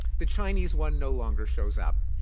the chinese one no longer shows up.